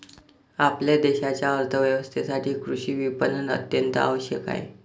आपल्या देशाच्या अर्थ व्यवस्थेसाठी कृषी विपणन अत्यंत आवश्यक आहे